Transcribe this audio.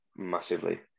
Massively